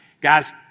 guys